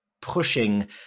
pushing